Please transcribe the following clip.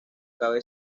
cabe